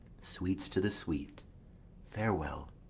sweets to the sweet farewell.